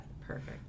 Perfect